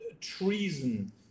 treason